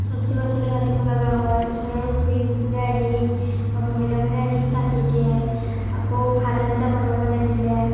চবজি পাচলি কাটিব লগা হয় ওচৰৰ খুড়ী খুড়াই আহি মহিলাবোৰে আহি কাটি দিয়ে আকৌ ভাত আঞ্জা বনাব দিলে